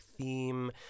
theme